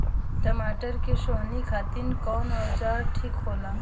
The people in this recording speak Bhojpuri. टमाटर के सोहनी खातिर कौन औजार ठीक होला?